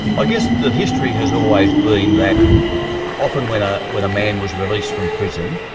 i guess the history has always been that often when ah when a man was released from prison,